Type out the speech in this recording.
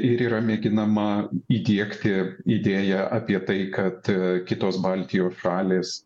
ir yra mėginama įdiegti idėją apie tai kad kitos baltijos šalys